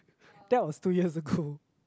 that was two years ago